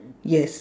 yes